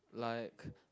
like